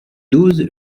doses